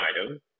item